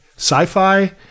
Sci-fi